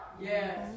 yes